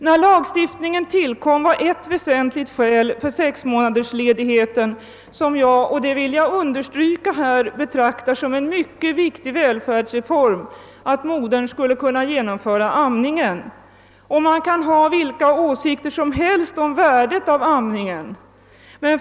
När lagstiftningen tillkom var ett väsentligt skäl för sexmånadersledigheten, som jag — det vill jag understryka — betraktar som en mycket viktig välfärdsreform, att modern skulle kunna genomföra amningen. Man må ha vilkå åsikter som helst om värdet av amningen.